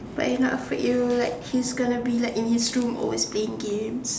like enough for you like he's going to be like in his room always playing games